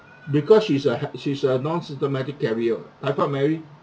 because she's a had she's a non-symptomatic carrier [what] typhoid mary